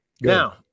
now